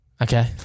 Okay